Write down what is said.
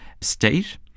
state